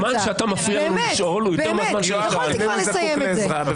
הזמן שאתה מפריע לנו לשאול הוא יותר מהזמן של השאלה.